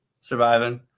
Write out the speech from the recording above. surviving